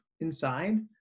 inside